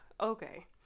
okay